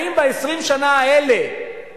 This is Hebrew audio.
האם ב-20 השנה האלה